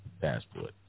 passport